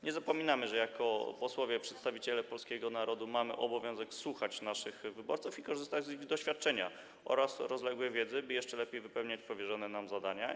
Nie zapominajmy, że jako posłowie, przedstawiciele polskiego narodu, mamy obowiązek słuchać naszych wyborców i korzystać z ich doświadczenia oraz rozległej wiedzy, by jeszcze lepiej wypełniać powierzone nam zadania.